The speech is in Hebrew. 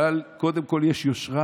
אבל קודם כול יש יושרה.